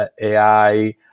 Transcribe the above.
AI